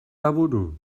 aburu